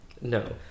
No